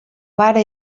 pare